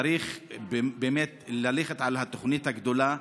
צריך באמת ללכת על התוכנית הגדולה,